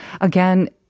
again